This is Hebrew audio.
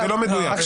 משכו אותי לברגמן.